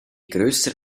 größer